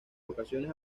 ocasiones